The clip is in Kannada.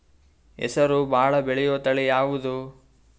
ಹೆಸರು ಭಾಳ ಬೆಳೆಯುವತಳಿ ಯಾವದು?